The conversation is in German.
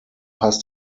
hast